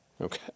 Okay